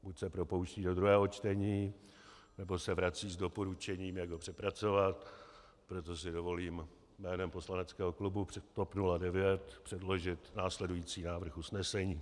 Buď se propouští do druhého čtení, nebo se vrací s doporučením, jak ho přepracovat, proto si dovolím jménem poslaneckého klubu TOP 09 předložit následující návrh usnesení: